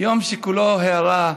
יום שכולו הארה.